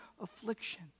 affliction